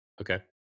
Okay